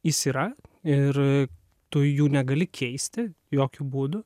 jis yra ir tu jų negali keisti jokiu būdu